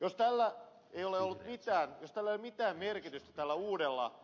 jos ei ole mitään merkitystä eikä sijaa tällä uudella